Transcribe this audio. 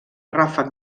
ràfec